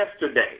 yesterday